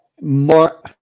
more